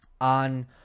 on